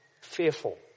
fearful